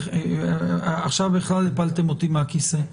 עכשיו בכלל הפלתם אותי מהכיסא.